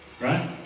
Right